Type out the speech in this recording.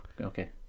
okay